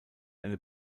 eine